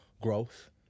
growth